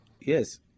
Yes